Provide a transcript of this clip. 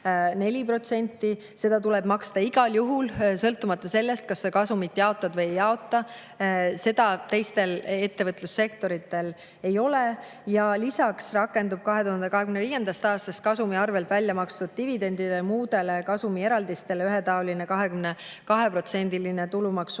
Seda tuleb maksta igal juhul, sõltumata sellest, kas kasumit jaotatakse või ei jaotata. Seda teistel ettevõtlussektoritel ei ole. Lisaks rakendub 2025. aastast kasumi arvelt välja makstud dividendidele ja muudele kasumieraldistele ühetaoline 22%‑line tulumaksumäär.